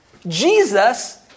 Jesus